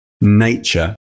nature